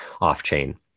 Off-chain